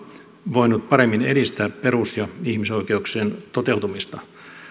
voinut paremmin edistää perus ja ihmisoikeuksien toteutumista